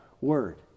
word